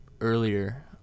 earlier